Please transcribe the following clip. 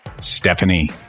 Stephanie